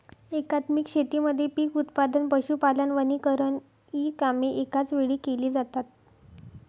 एकात्मिक शेतीमध्ये पीक उत्पादन, पशुपालन, वनीकरण इ कामे एकाच वेळी केली जातात